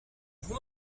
vous